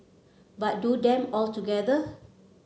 but do them all together